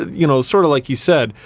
you know sort of like you said,